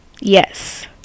Yes